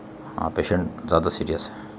ہاں پیشنٹ زیادہ سیریس ہے